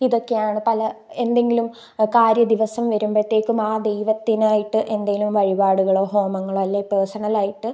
ഇതൊക്കെയാണ് പല എന്തെങ്കിലും കാര്യ ദിവസം വരുമ്പോഴത്തേക്കും ആ ദൈവത്തിനായിട്ട് എന്തേലും വഴിപാടുകളോ ഹോമങ്ങളോ അല്ലെങ്കില് പേഴ്സണലായിട്ട്